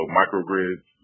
microgrids